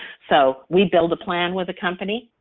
so we build a plan with a company,